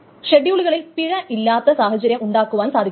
ഷെഡ്യൂളുകളിൽ പിഴ ഇല്ലാത്ത സാഹചര്യം ഉണ്ടാക്കുവാൻ സാധിക്കും